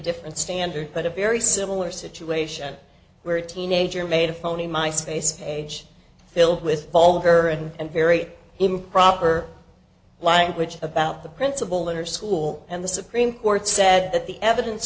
different standard but a very similar situation where a teenager made a phony my space page filled with vulgar and very improper language about the principal in her school and the supreme court said that the evidence